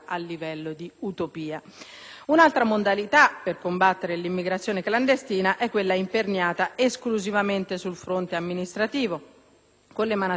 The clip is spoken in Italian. Un'altra modalità per combattere l'immigrazione clandestina è quella imperniata esclusivamente sul fronte amministrativo, con l'emanazione e l'esecuzione per così dire